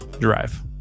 Drive